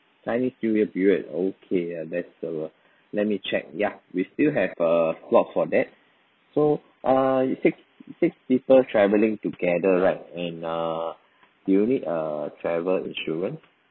chinese new year period okay uh that's uh let me check ya we still have a slot for that so uh six six people travelling together right and uh do you need a travel insurance